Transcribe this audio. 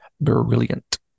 brilliant